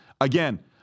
again